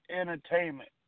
entertainment